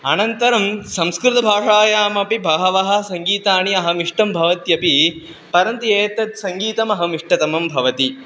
अनन्तरं संस्कृतभाषायामपि बहवः सङ्गीतानि अहम् इष्टं भवत्यपि परन्तु एतत् सङ्गीतम् अहम् इष्टतमं भवति